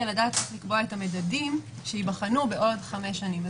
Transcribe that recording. איך לקבוע את המדדים שייבחנו בעוד חמש שנים.